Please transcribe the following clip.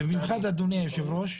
ובמיוחד אדוני היושב-ראש,